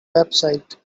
website